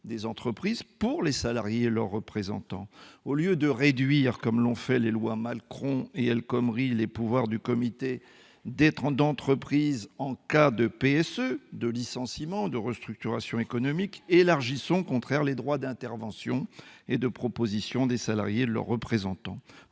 des entreprises pour les salariés et leurs représentants. Au lieu de réduire, comme l'ont fait les lois Macron et El Khomri, les pouvoirs du comité d'entreprise en cas de plan de sauvegarde de l'emploi, de licenciement et de restructuration économique, élargissons au contraire les droits d'intervention et de proposition des salariés et de leurs représentants.